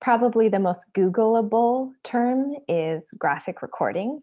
probably the most google-able term is graphic recording.